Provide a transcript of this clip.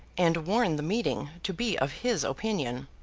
and warn the meeting to be of his opinion.